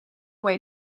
way